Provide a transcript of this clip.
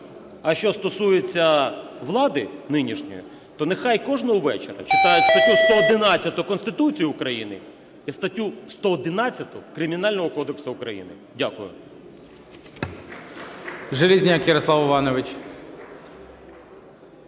А що стосується влади нинішньої, то нехай кожного вечора читають статтю 111 Конституції України і статтю 111 Кримінального кодексу України. Дякую.